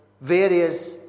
various